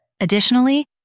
Additionally